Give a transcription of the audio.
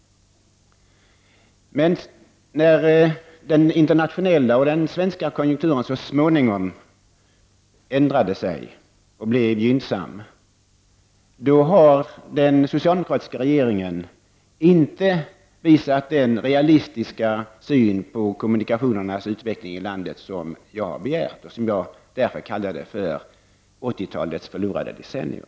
När den internationella och den svenska konjunkturen så småningom ändrade sig och blev gynnsam har den socialdemokratiska regeringen inte visat den realistiska syn på kommunikationernas utveckling i landet som jag hade efterlyst. Därför kallar jag 80-talet för ett förlorat decennium.